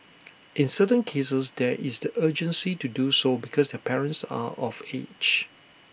in certain cases there is the urgency to do so because their parents are of age